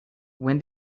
when